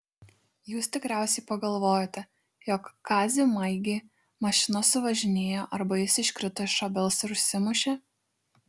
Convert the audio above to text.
jūs tikriausiai pagalvojote jog kazį maigį mašina suvažinėjo arba jis iškrito iš obels ir užsimušė